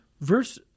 Verse